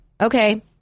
okay